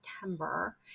September